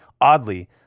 Oddly